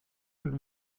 und